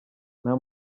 nta